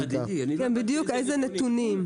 איזה נתונים?